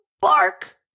bark